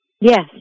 Yes